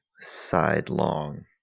sidelong